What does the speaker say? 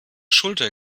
schulter